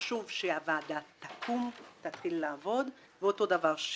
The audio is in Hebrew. חשוב שהוועדה תקום ותתחיל לעבוד ואותו דבר,